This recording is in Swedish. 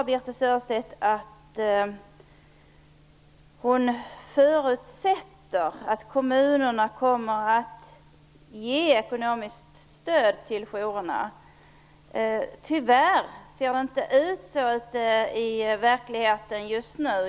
Birthe Sörestedt sade att hon förutsätter att kommunerna kommer att ge ekonomiskt stöd till jourerna. Tyvärr ser det inte ut så ute i verkligheten just nu.